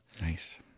Nice